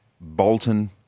Bolton